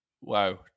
Wow